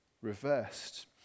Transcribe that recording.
reversed